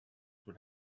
this